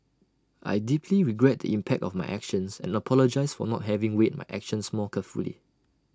I deeply regret the impact of my actions and apologise for not having weighed my actions more carefully